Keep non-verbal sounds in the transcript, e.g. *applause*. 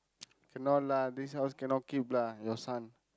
*noise* cannot lah this house cannot keep lah your son